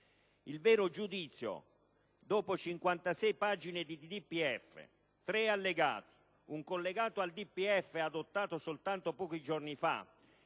suggerimenti. Dopo 56 pagine di DPEF, tre allegati e un collegato al DPEF adottato soltanto pochi giorni fa,